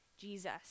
Jesus